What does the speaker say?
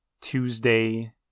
Tuesday